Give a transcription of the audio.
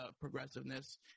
progressiveness